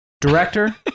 Director